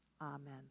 amen